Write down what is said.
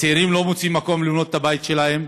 הצעירים לא מוצאים מקום לבנות את הבית שלהם,